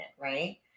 right